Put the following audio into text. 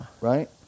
Right